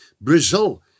Brazil